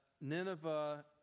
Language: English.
Nineveh